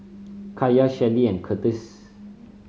Kaiya Shelli and Curtis